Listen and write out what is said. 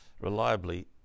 reliably